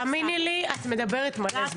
תאמיני לי, את מדברת מלא.